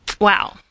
wow